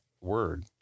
word